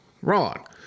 Wrong